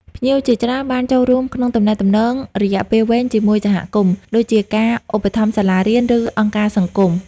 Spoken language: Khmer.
ភ្ញៀវជាច្រើនបានចូលរួមក្នុងទំនាក់ទំនងរយៈពេលវែងជាមួយសហគមន៍ ដូចជាការឧបត្ថម្ភសាលារៀន ឬអង្គការសង្គម។